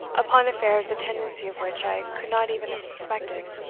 upon affairs the tendency of which i could not even have suspected.